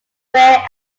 wear